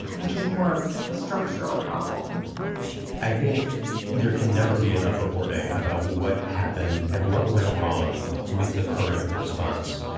which is more of a structural problem i think there can never be enough reporting about what happened and what went wrong with the current response.